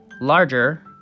larger